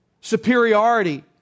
superiority